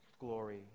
glory